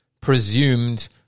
presumed